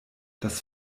das